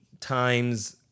times